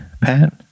Pat